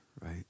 right